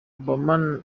obama